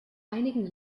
einigen